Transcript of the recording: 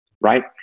right